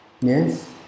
Yes